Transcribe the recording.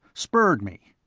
spurred me.